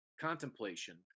contemplation